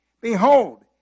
Behold